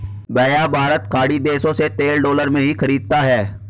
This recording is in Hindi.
भैया भारत खाड़ी देशों से तेल डॉलर में ही खरीदता है